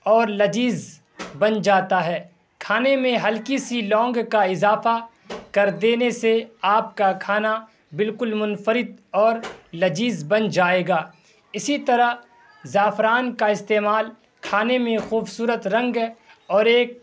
اور لذیذ بن جاتا ہے کھانے میں ہلکی سی لونگ کا اضافہ کر دینے سے آپ کا کھانا بالکل منفرد اور لذیذ بن جائے گا اسی طرح زعفران کا استعمال کھانے میں خوبصورت رنگ اور ایک